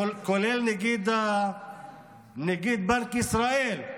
כולל נגיד בנק ישראל,